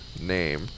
name